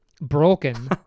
broken